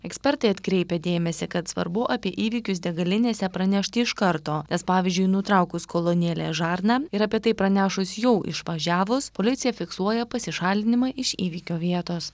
ekspertai atkreipia dėmesį kad svarbu apie įvykius degalinėse pranešti iš karto nes pavyzdžiui nutraukus kolonėlės žarną ir apie tai pranešus jau išvažiavus policija fiksuoja pasišalinimą iš įvykio vietos